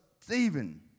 Stephen